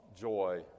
joy